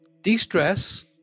de-stress